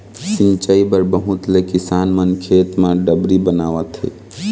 सिंचई बर बहुत ले किसान मन खेत म डबरी बनवाथे